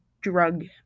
drug